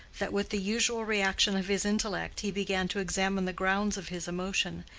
that with the usual reaction of his intellect he began to examine the grounds of his emotion,